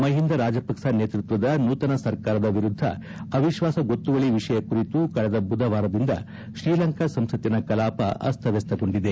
ಮಹಿಂದ ರಾಜಪಕ್ಷ ನೇತೃತ್ವದ ನೂತನ ಸರ್ಕಾರದ ವಿರುದ್ಧ ಅವಿಶ್ವಾಸ ಗೊತ್ತುವಳಿ ವಿಷಯ ಕುರಿತು ಕಳೆದ ಬುಧವಾರದಿಂದ ಶ್ರೀಲಂಕಾ ಸಂಸತ್ತಿನ ಕಲಾಪ ಅಸ್ತವ್ಯಸ್ತಗೊಂಡಿದೆ